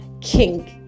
kink